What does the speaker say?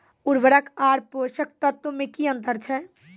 उर्वरक आर पोसक तत्व मे की अन्तर छै?